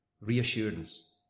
reassurance